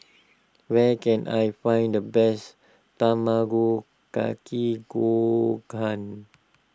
where can I find the best Tamago Kake Gohan